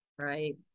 right